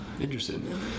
Interesting